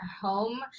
home